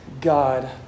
God